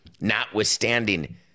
notwithstanding